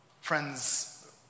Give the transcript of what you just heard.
Friends